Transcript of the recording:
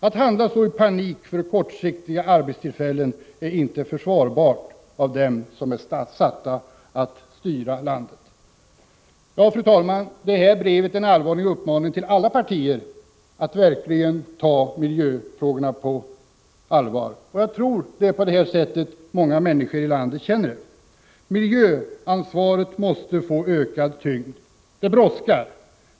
Att handla så i panik för kortsiktiga arbetstillfällen är inte försvarbart av dem som är satta att styra landet.” Ja, fru talman, det här brevet är en allvarlig uppmaning till alla partier att verkligen ta miljöfrågorna på allvar. Jag tror att det är på detta sätt som många människor i landet känner det. Miljöansvaret måste få ökad tyngd. Det brådskar.